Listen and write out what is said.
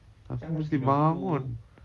mesti bangun